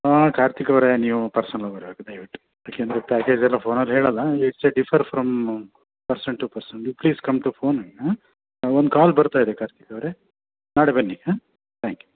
ಹಾಂ ಕಾರ್ತಿಕ್ ಅವರೇ ನೀವು ಪರ್ಸನ್ ದಯವಿಟ್ಟು ಯಾಕಂದರೆ ಪ್ಯಾಕೆಜ್ ಎಲ್ಲ ಫೋನಲ್ಲಿ ಹೇಳಲ್ಲ it's a differ from person to person you please come to phone ಆಂ ಒಂದು ಕಾಲ್ ಬರ್ತಾಯಿದೆ ಕಾರ್ತಿಕ್ ಅವರೇ ನಾಳೆ ಬನ್ನಿ ಥ್ಯಾಂಕ್ ಯು